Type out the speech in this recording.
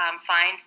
find